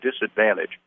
disadvantage